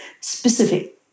specific